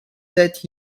set